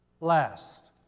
last